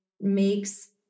makes